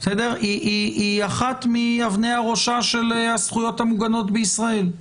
היא אחת מאבני הראשה של הזכויות המוגנות בישראל.